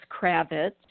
Kravitz